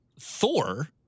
Thor